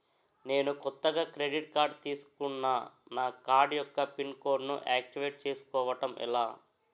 నేను కొత్తగా credit card తిస్కున్నా నా కార్డ్ యెక్క పిన్ కోడ్ ను ఆక్టివేట్ చేసుకోవటం ఎలా?